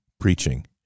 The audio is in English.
preaching